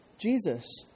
Jesus